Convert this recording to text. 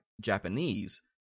Japanese